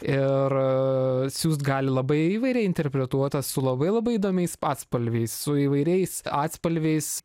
ir siųst gali labai įvairiai interpretuotą su labai labai įdomiais atspalviais su įvairiais atspalviais